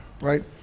right